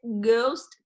ghost